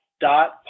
dot